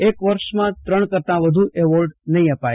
એક વર્ષમાં ત્રણ કરતા વધુ એવોર્ડ નહી અપાય